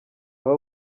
aba